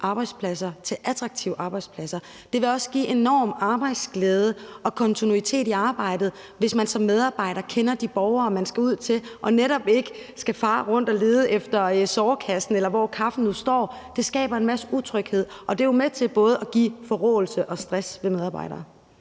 arbejdspladser til attraktive arbejdspladser. Det vil også give enorm arbejdsglæde og kontinuitet i arbejdet, hvis man som medarbejder kender de borgere, man skal ud til, og netop ikke skal fare rundt og lede efter sårkassen eller skal finde ud af, hvor kaffen står, for det skaber en masse utryghed at skulle det, og det er jo med til både at give forråelse og stress hos medarbejderne.